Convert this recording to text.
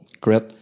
Great